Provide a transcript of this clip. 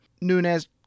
Nunez